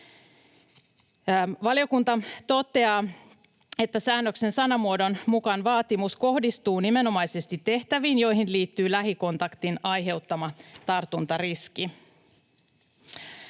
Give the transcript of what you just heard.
Valiokunta toteaa, että säännöksen sanamuodon mukaan vaatimus kohdistuu nimenomaisesti tehtäviin, joihin liittyy lähikontaktin aiheuttama tartuntariski.